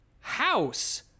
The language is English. House